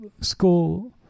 school